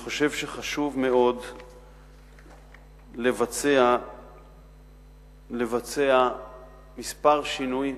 אני חושב שחשוב מאוד לבצע כמה שינויים,